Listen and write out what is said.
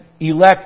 Elect